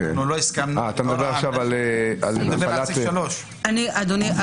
אני מדבר עכשיו על סעיף 3. אדוני,